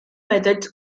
methods